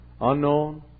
Unknown